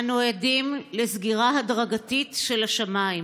אנו עדים לסגירה הדרגתית של השמיים